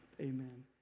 Amen